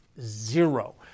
zero